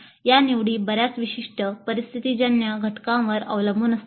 या निवडी बर्याच विशिष्ट परिस्थितीजन्य घटकांवर अवलंबून असतात